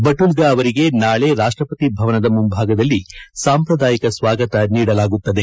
Battulga ಅವರಿಗೆ ನಾಳೆ ರಾಷ್ಟಪತಿ ಭವನದ ಮುಂಭಾಗದಲ್ಲಿ ಸಾಂಪ್ರದಾಯಿಕ ಸ್ವಾಗತ ನೀಡಲಾಗುತ್ತದೆ